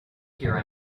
here